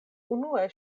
unue